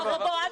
אבל לא משנה.